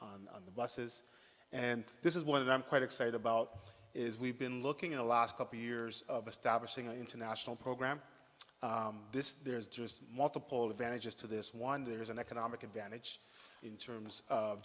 s on the buses and this is one of them quite excited about is we've been looking in the last couple years of establishing an international program there is just multiple advantages to this one there is an economic advantage in terms of